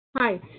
Hi